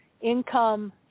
income